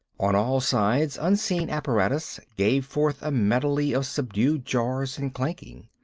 on all sides unseen apparatus gave forth a medley of subdued jars and clankings.